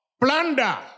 plunder